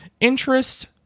interest